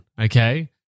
okay